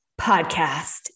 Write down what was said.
podcast